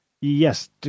Yes